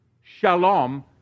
shalom